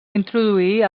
introduir